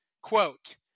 quote